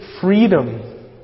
freedom